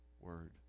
word